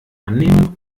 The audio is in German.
annehmen